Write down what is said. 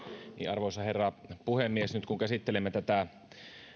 arvoisa herra puhemies nyt kun käsittelemme tätä